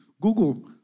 Google